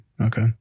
Okay